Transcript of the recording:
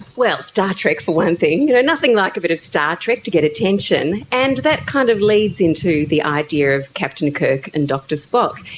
well, star trek for one thing. you know, nothing like a bit of star trek to get attention. and that kind of leads into the idea of captain kirk and mr spock,